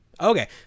Okay